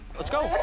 let's go.